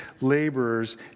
laborers